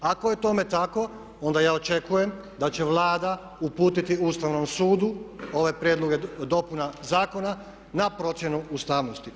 Ako je tome tako onda ja očekujem da će Vlada uputiti Ustavnom sudu ove prijedloge dopuna zakona na procjenu ustavnosti.